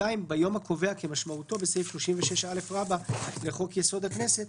(2)ביום הקובע כמשמעותו בסעיף 36א לחוק-יסוד: הכנסת,